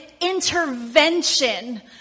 intervention